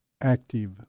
active